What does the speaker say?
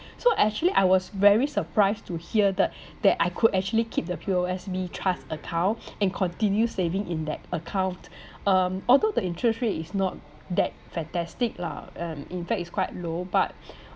so actually I was very surprised to hear that that I could actually keep the P_O_S_B trust account and continue saving in that account um although the interest rate is not that fantastic lah and in fact it's quite low but